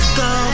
go